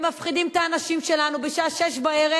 הם מפחידים את האנשים שלנו: בשעה 18:00